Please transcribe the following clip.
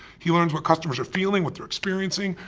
he learns what customers are feeling, what they're experiencing,